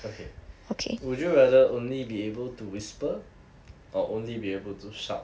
okay would you rather only be able to whisper or only be able to shout